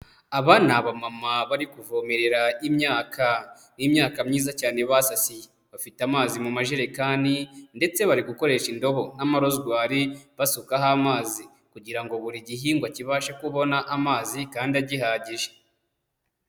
Aba ni abamama bari kuvomerera imyaka. Ni imyaka myiza cyane basasiye, bafite amazi mu majerekani ndetse bari gukoresha indobo n'amarozwari basukaho amazi kugira buri gihingwa kibashe kubona amazi kandi agihagije